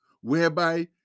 whereby